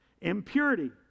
impurity